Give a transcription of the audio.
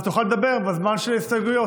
אז תוכל לדבר בזמן של ההסתייגויות.